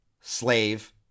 slave